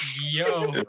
Yo